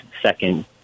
second